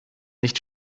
nicht